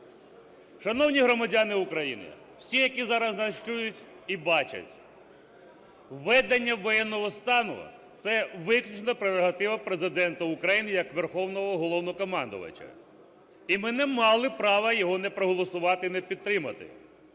Шановні громадяни України, всі, які зараз нас чують і бачать! Введення воєнного стану – це виключна прерогатива Президента України як Верховного Головнокомандувача. І ми не мали права його не проголосувати і не підтримати.